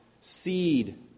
seed